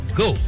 go